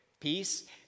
Peace